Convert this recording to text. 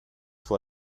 vor